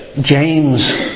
James